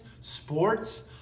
sports